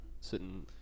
Sitting